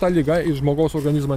ta liga į žmogaus organizmą